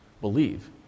believe